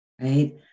right